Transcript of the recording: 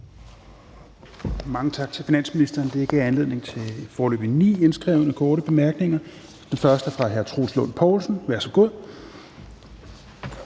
Mange tak til finansministeren. Det har givet anledning til foreløbig ni indskrevne korte bemærkninger – den første er fra hr. Troels Lund Poulsen. Værsgo.